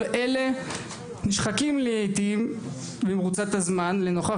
כל אלה נשחקים לעיתים במרוצת הזמן לנוכח